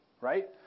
right